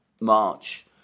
March